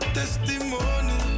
testimony